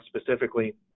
specifically